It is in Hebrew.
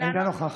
אינה נוכחת